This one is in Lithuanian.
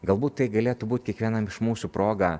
galbūt tai galėtų būt kiekvienam iš mūsų proga